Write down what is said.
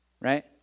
right